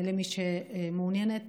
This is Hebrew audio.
למי שמעוניינת,